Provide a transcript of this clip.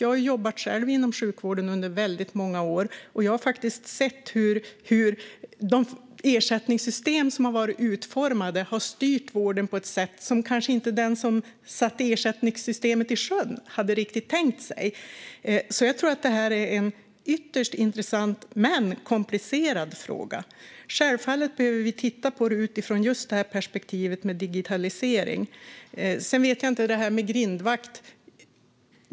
Jag har själv jobbat inom sjukvården under många år, och jag har sett hur de ersättningssystem som utformats styrt vården på ett sätt som de som sjösatte systemen kanske inte riktigt hade tänkt sig. Det här är en ytterst intressant men komplicerad fråga. Självfallet behöver vi titta på det utifrån perspektivet med digitalisering. Sedan vet jag inte hur det ska vara med grindvakt.